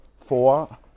four